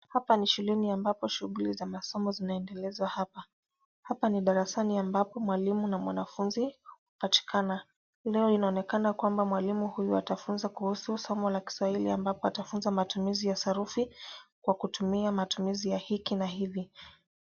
Hapa ni shuleni ambapo shuguli za masomo zinaendelezwa hapa. Hapa ni darasani ambapo mwalimu na mwanafunzi hupatikana. Leo inaonekana kwamba mwalimu huyu atafunza kuhusu somo la kiswahili ambapo atafunza matumizi ya sarufi kwa kutumia matumizi ya hiki na hivi.